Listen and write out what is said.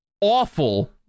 awful